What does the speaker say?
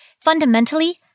Fundamentally